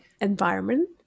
environment